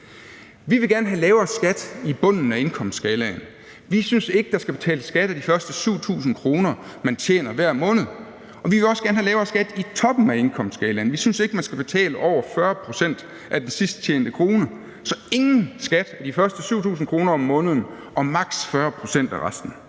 Vi vil gerne have lavere skat i bunden af indkomstskalaen. Vi synes ikke, at der skal betales skat af de første 7.000 kr., man tjener hver måned, og vi vil også gerne have lavere skat i toppen af indkomstskalaen. Vi synes ikke, at man skal betale over 40 pct. af den sidsttjente krone. Så ingen skat af de første 7.000 kr. om måneden og maks. 40 pct. af resten.